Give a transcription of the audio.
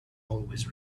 always